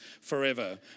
forever